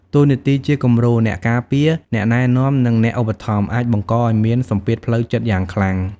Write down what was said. តួនាទីជាគំរូ អ្នកការពារ អ្នកណែនាំ និងអ្នកឧបត្ថម្ភ អាចបង្កឱ្យមាន សម្ពាធផ្លូវចិត្តយ៉ាងខ្លាំង។